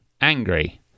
angry